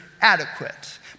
adequate